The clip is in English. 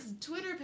Twitter